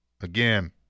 Again